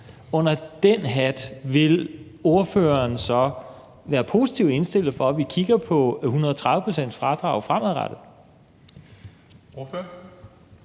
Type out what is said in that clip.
Under den hat vil ordføreren så være positivt indstillet over for, at vi kigger på 130-procentsfradraget fremadrettet?